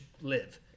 live